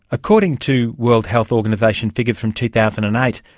according to world health organisation figures from two thousand and eight,